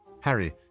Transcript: Harry